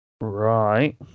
Right